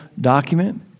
document